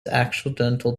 accidental